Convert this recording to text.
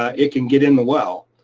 ah it can get in the well.